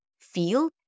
feel